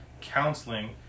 counseling